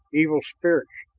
evil spirits,